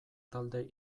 talde